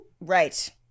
right